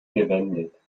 gewendet